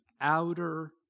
outer